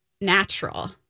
natural